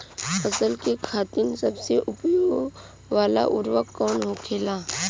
फसल के खातिन सबसे उपयोग वाला उर्वरक कवन होखेला?